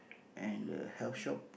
and the health shop